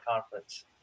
Conference